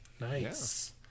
Nice